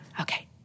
okay